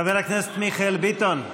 חבר הכנסת מיכאל ביטון,